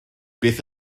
beth